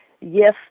Yes